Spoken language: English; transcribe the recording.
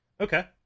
Okay